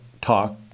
talk